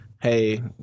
hey